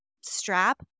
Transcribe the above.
strap